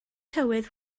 tywydd